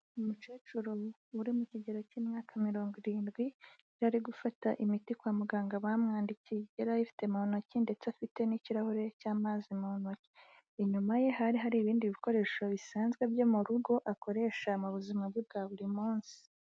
Umukecuru uri mu kigero cy'imyaka mirongo irindwi, yari gufata imiti kwa muganga bamwandikiye. Yari ayifite mu ntoki ndetse afite n'ikirahure cy'amazi mu ntoki. Inyuma ye hari hari ibindi bikoresho bisanzwe byo mu rugo akoresha mu buzima bwe bwa buri munsi.